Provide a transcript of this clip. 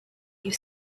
you